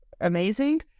amazing